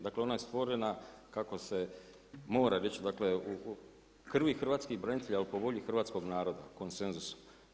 Dakle, ona je stvorena, kako se mora reći, u krvi hrvatskih branitelja, ali po volji hrvatskog naroda, konsenzusa.